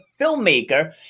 filmmaker